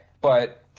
but-